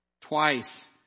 twice